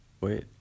Wait